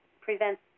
prevents